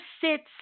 sits